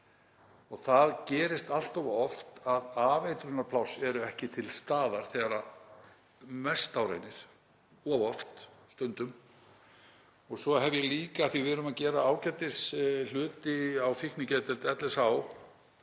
og það gerist allt of oft að afeitrunarpláss eru ekki til staðar þegar mest á reynir, of oft, stundum. Svo hef ég líka — af því við erum að gera ágætishluti á fíknigeðdeild LSH.